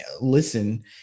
listen